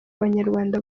abanyarwanda